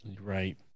right